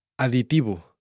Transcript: Aditivo